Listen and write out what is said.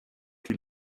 die